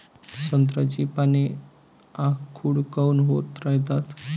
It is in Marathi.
संत्र्याची पान आखूड काऊन होत रायतात?